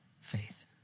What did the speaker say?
faith